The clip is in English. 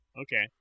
okay